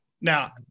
now